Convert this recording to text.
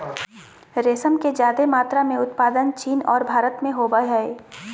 रेशम के ज्यादे मात्रा में उत्पादन चीन और भारत में होबय हइ